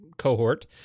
Cohort